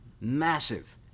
massive